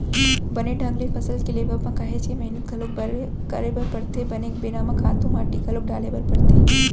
बने ढंग ले फसल के लेवब म काहेच के मेहनत घलोक करे बर परथे, बने बेरा म खातू माटी घलोक डाले बर परथे